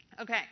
Okay